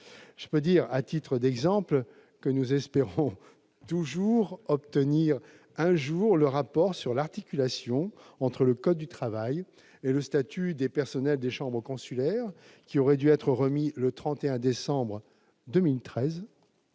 Je peux dire, à titre d'exemple, que nous espérons toujours obtenir un jour le rapport sur l'articulation entre le code du travail et les statuts des personnels des chambres consulaires, qui aurait dû être remis le 31 décembre 2013,